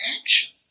action